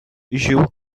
joue